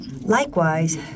Likewise